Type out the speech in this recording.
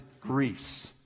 Greece